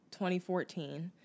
2014